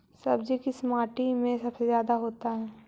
सब्जी किस माटी में सबसे ज्यादा होता है?